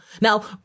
Now